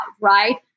right